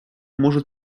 может